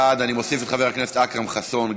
מוסיף את חבר הכנסת אכרם חסון.